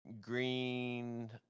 green